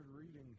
reading